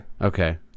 Okay